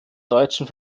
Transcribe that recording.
deutschen